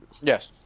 Yes